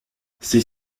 ces